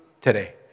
today